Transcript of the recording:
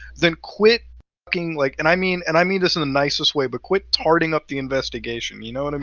then quit f-cking, like and i mean and i mean this in the nicest way but quit tarting up the investigation, you know what and